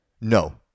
No